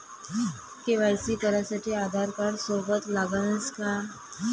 KYC करासाठी आधारकार्ड सोबत लागनच का?